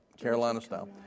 Carolina-style